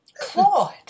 Claude